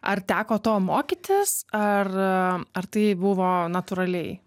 ar teko to mokytis ar ar tai buvo natūraliai